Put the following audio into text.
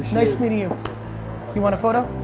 nice meeting you. you want a photo?